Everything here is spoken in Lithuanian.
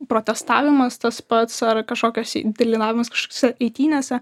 protestavimas tas pats ar kažkokios dalyvavimas kažkokiose eitynėse